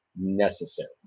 necessary